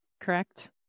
correct